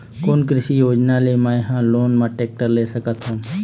कोन कृषि योजना ले मैं हा लोन मा टेक्टर ले सकथों?